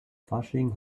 fasching